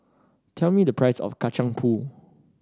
tell me the price of Kacang Pool